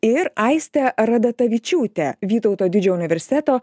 ir aistę radatavičiūtę vytauto didžiojo universiteto